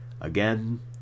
again